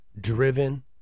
driven